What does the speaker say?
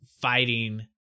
fighting